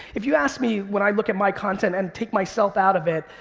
if you ask me when i look at my content and take myself out of it,